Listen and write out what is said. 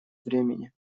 времени